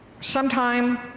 Sometime